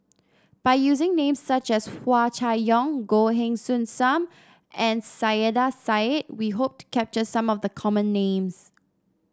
by using names such as Hua Chai Yong Goh Heng Soon Sam and Saiedah Said we hope to capture some of the common names